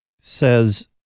says